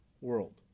world